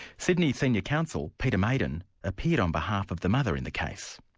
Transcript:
sydney senior counsel peter maiden appeared on behalf of the mother in the case.